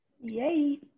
Yay